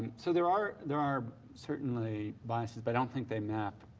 so there are there are certainly biases but i don't think they map